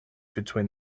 between